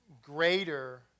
Greater